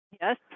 Yes